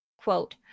Quote